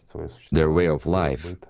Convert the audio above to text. so their way of life,